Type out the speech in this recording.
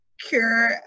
cure